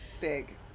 Big